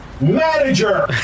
manager